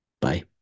Bye